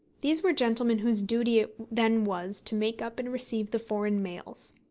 these were gentlemen whose duty it then was to make up and receive the foreign mails.